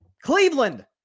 Cleveland